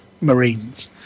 Marines